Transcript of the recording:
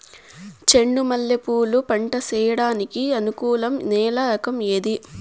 చెండు మల్లె పూలు పంట సేయడానికి అనుకూలం నేల రకం ఏది